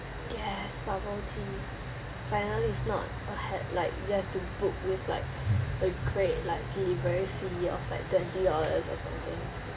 yes bubble tea finally it's not a had like you have to book with like a cra~ like delivery fee of like twenty dollars or something